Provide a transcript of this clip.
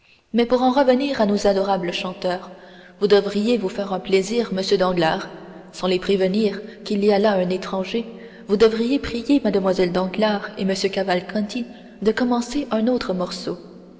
mais pour en revenir à nos adorables chanteurs vous devriez nous faire un plaisir monsieur danglars sans les prévenir qu'il y a là un étranger vous devriez prier mlle danglars et m cavalcanti de commencer un autre morceau